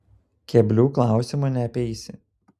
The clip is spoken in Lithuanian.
keblių klausimų neapeisi